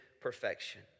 Perfection